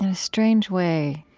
ah strange way,